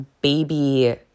baby